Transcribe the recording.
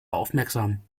aufmerksam